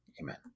Amen